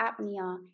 apnea